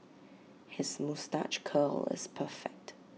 his moustache curl was perfect